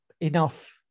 enough